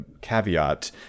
caveat